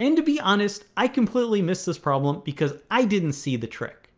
and to be honest, i completely missed this problem because i didn't see the trick